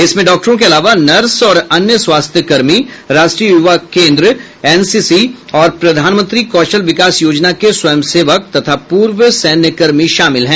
इसमें डॉक्टरों के अलावा नर्स और अन्य स्वास्थ्य कर्मी राष्ट्रीय युवा केन्द्र एनसीसी और प्रधानमंत्री कौशल विकास योजना के स्वयंसेवक तथा पूर्व सैन्य कर्मी शामिल हैं